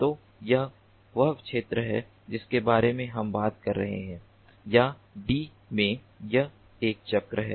तो यह वह क्षेत्र है जिसके बारे में हम बात कर रहे हैं या डी में यह एक चक्र है